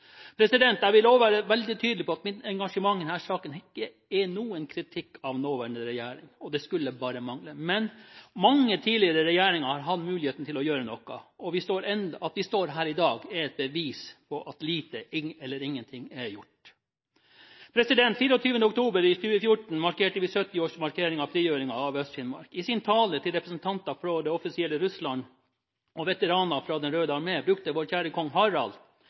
Jeg vil også være veldig tydelig på at mitt engasjement i denne saken ikke er noen kritikk av nåværende regjering – og det skulle bare mangle. Mange tidligere regjeringer har hatt muligheten til å gjøre noe, og at vi står her i dag, er et bevis på at lite eller ingenting er gjort. Den 24. oktober 2014 markerte vi 70-årsmarkeringen av frigjøringen av Øst-Finnmark. I sin tale til representanter fra det offisielle Russland og veteraner fra Den røde armé brukte vår kjære kong Harald